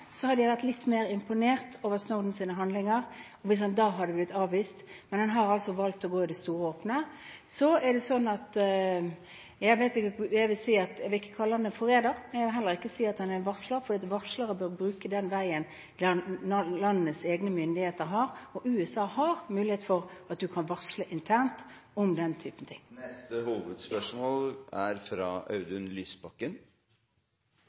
hadde jeg vært litt mer imponert over Snowdens handlinger – og hvis han da hadde blitt avvist – men han har altså valgt å gå ut i det store, åpne. Jeg vil ikke kalle ham en forræder, men jeg vil heller ikke si at han er en varsler, fordi varslere bør bruke den veien landenes egne myndigheter har, og USA har mulighet for at man kan varsle internt om den type ting. Vi går videre til neste hovedspørsmål.